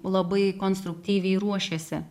labai konstruktyviai ruošiasi